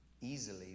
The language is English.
easily